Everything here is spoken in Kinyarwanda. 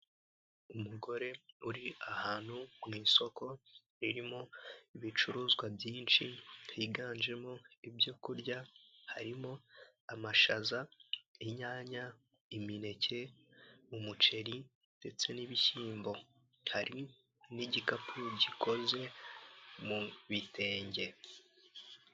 Umugore uri ahantu mu isoko ririmo ibicuruzwa byinshi higanjemo ibyo kurya harimo amashaza, inyanya, imineke, umuceri, ndetse n'ibishyimbo. Hari n'igikapu gikoze mu bi bitenge.